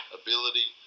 ability